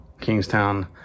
Kingstown